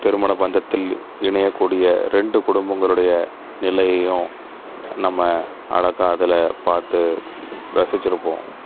திருமண பந்தத்தில் இணையக்கூடிய ரெண்டு குடும்பங்களுடைய நிலையையும் நம்ம அழகாக அதில் பார்த்து ரசித்திருப்போம்